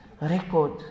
record